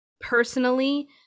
personally